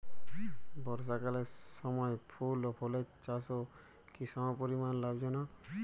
বর্ষাকালের সময় ফুল ও ফলের চাষও কি সমপরিমাণ লাভজনক?